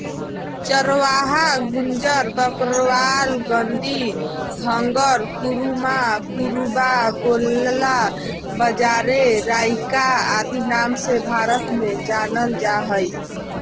चरवाहा गुज्जर, बकरवाल, गद्दी, धंगर, कुरुमा, कुरुबा, गोल्ला, बंजारे, राइका आदि नाम से भारत में जानल जा हइ